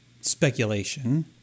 speculation